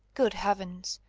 good heavens!